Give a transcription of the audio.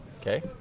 Okay